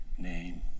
Name